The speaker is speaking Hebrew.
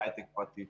בהיי-טק פרטי.